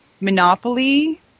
Monopoly